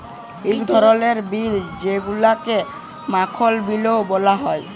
ইক ধরলের বিল যেগুলাকে মাখল বিলও ব্যলা হ্যয়